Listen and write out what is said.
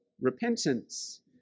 repentance